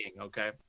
okay